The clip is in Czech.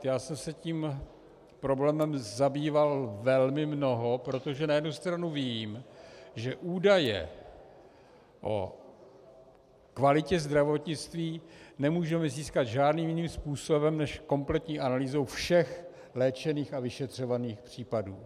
Já jsem se tím problémem zabýval velmi mnoho, protože na jednu stranu vím, že údaje o kvalitě zdravotnictví nemůžeme získat žádným jiným způsobem než kompletní analýzou všech léčených a vyšetřovaných případů.